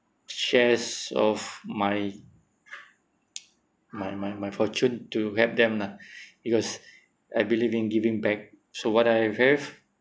shares of my my my my fortune to help them lah because I believe in giving back so what I have